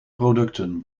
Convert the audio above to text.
producten